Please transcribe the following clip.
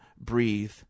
breathe